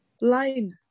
line